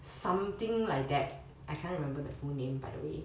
something like that I cannot remember the full name by the way